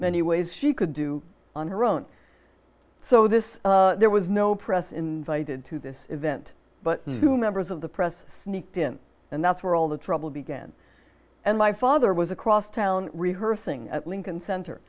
many ways she could do on her own so this there was no press in to this event but two members of the press sneaked in and that's where all the trouble began and my father was across town rehearsing at lincoln center